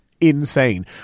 insane